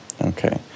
Okay